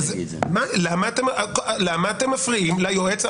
למה אתם מפריעים ליועץ?